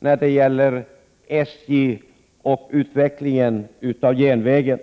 bör övervägas även när det gäller SJ och utvecklingen av järnvägen.